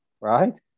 Right